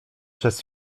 przez